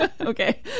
Okay